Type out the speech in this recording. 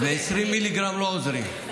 20 מיליגרם לא עוזרים.